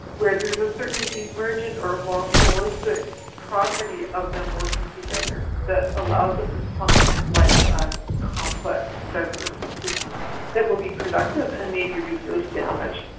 where there is a certain emergent or more holistic property of them working together that allows them to function like a complex, diverse system that will be productive and maybe resist damage.